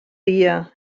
dia